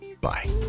Bye